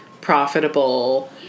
profitable